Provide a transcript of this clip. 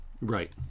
right